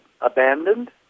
abandoned